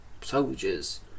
soldiers